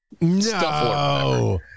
No